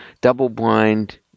double-blind